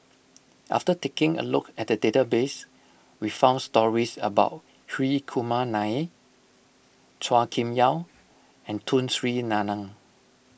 after taking a look at the database we found stories about Hri Kumar Nair Chua Kim Yeow and Tun Sri Lanang